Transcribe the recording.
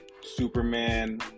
Superman